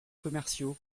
commerciaux